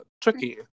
tricky